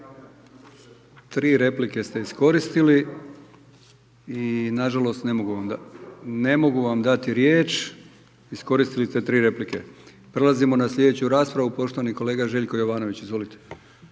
Tri replike ste iskoristili i nažalost ne mogu vam dati riječ, iskoristili ste tri replike. Prelazimo na slijedeću raspravu, poštovani kolega Željko Jovanović, izvolite.